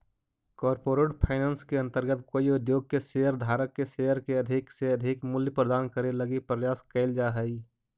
corporate finance के अंतर्गत कोई उद्योग के शेयर धारक के शेयर के अधिक से अधिक मूल्य प्रदान करे लगी प्रयास कैल जा हइ